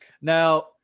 Now